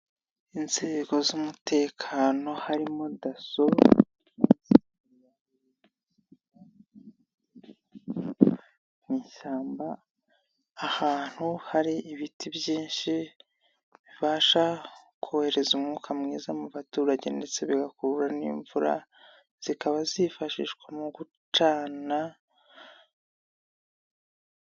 Inzego z'umutekano harimo DASSO, mu ishyamba ahantu hari ibiti byinshi bibasha kohereza umwuka mwiza mu baturage ndetse bigakurubura n'imvura, zikaba zifashishwa mu gucana.